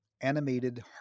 animated